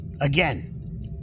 again